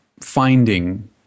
finding